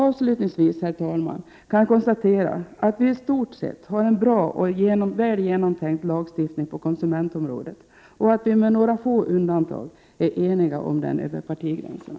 Avslutningsvis kan jag konstatera att vi i stort sett har en bra och väl genomtänkt lagstiftning på konsumentområdet samt att vi med några få undantag är eniga om denna över partigränserna.